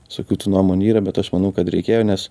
su kitų nuomonių yra bet aš manau kad reikėjo nes